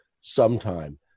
sometime